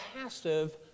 passive